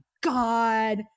God